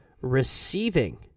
receiving